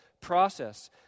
process